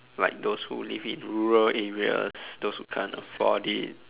like those who live in rural areas those who can't afford it